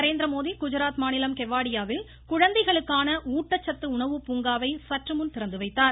நரேந்திரமோடி குஜராத் மாநிலம் கெவாடியாவில் குழந்தைகளுக்கான ஊட்டச்சத்து உணவு பூங்காவை சற்றுமுன் திறந்துவைத்தார்